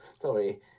Sorry